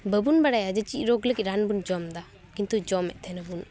ᱵᱟᱹᱵᱩᱱ ᱵᱟᱲᱟᱭᱟ ᱡᱮ ᱪᱮᱫ ᱨᱳᱜᱽ ᱞᱟᱹᱜᱤᱫ ᱨᱟᱱ ᱵᱚᱱ ᱡᱚᱢ ᱫᱟ ᱠᱤᱱᱛᱩ ᱡᱚᱢᱮᱫ ᱛᱟᱦᱮᱱᱟᱵᱚᱱ